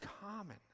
common